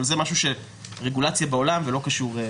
אבל זה רגולציה בעולם ולא קשור.